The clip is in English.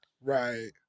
Right